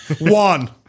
One